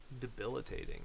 debilitating